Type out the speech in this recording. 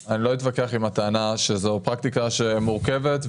אני לא אתווכח עם הטענה שזאת פרקטיקה מורכבת.